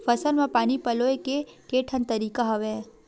फसल म पानी पलोय के केठन तरीका हवय?